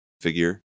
figure